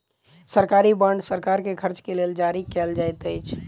सरकारी बांड सरकार के खर्च के लेल जारी कयल जाइत अछि